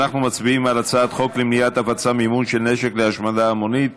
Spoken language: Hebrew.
אנחנו מצביעים על הצעת חוק למניעת הפצה ומימון של נשק להשמדה המונית.